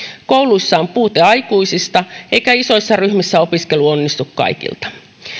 kouluissa on puute aikuisista eikä isoissa ryhmissä opiskelu onnistu kaikilta